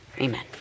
Amen